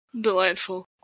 Delightful